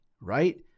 right